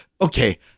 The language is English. Okay